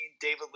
David